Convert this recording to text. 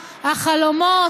החלומות,